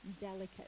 delicate